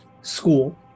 school